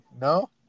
No